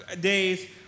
days